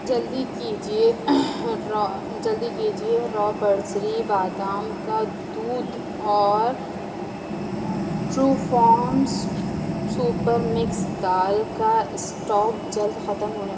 جلدی کیجیے را جلدی کیجیے را پریسری بادام کا دودھ اور ٹروفارم سوپر مکس دال کا اسٹاک جلد ختم ہونے